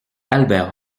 albert